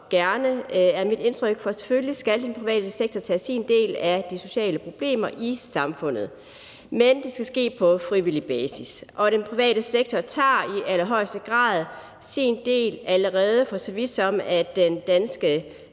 gerne, er mit indtryk, for selvfølgelig skal den private sektor tage sin del af de sociale problemer i samfundet, men det skal ske på frivillig basis. Den private sektor tager i allerhøjeste grad sin del allerede, for så vidt som at den danske